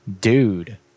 dude